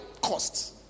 costs